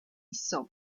soul